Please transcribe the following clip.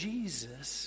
Jesus